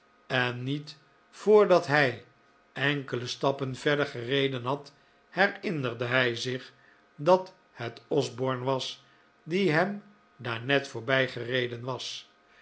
en niet voordat hij enkele stappen verder gereden had herinnerde hij zich dat het osborne was die hem daar net voorbijgereden was